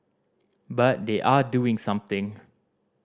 but they are doing something